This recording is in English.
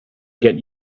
get